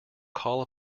call